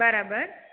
બરાબર